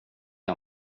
jag